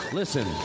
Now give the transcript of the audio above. listen